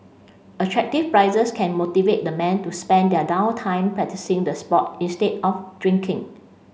attractive prizes can motivate the men to spend their down time practising the sport instead of drinking